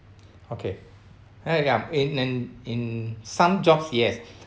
okay !hey! I'm in and in some jobs yes